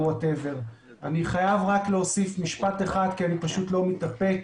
אני חייב להוסיף משפט אחד כי אני פשוט לא מתאפק.